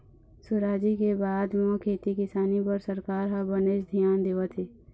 सुराजी के बाद म खेती किसानी बर सरकार ह बनेच धियान देवत हे